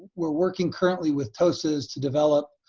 we're working currently with tosa's to develop